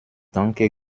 danke